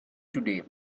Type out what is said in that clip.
today